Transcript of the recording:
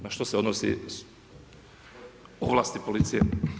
Na što se odnosi, ovlasti policije.